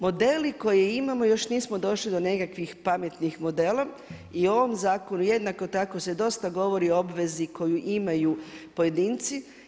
Modeli koje imamo, još nismo došli do nekakvih pametnih modela, i u ovom zakonu jednako tako se dosta govori o obvezi koju imaju pojedinci.